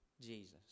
Jesus